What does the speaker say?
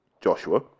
Joshua